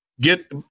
get